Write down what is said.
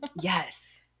yes